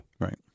Right